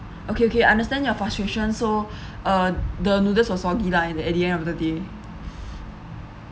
okay okay I understand your frustration so uh the noodles were soggy lah at the at the end of the day